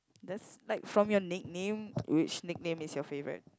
that's like from your nickname which nickname is your favourite